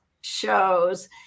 shows